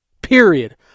Period